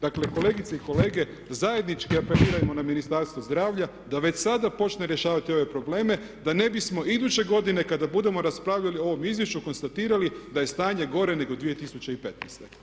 Dakle kolegice i kolege, zajednički apelirajmo na Ministarstvo zdravlja da već sada počne rješavati ove probleme da ne bismo iduće godine kada budemo raspravljalo o ovom izvješću konstatirali da je stanje gore nego 2015.